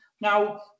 Now